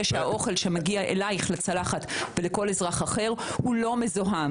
שהאוכל שמגיע אלייך לצלחת ולכל אזרח אחר הוא לא מזוהם.